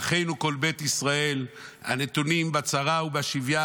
"אחינו כל בית ישראל הנתונים בצרה ובשביה,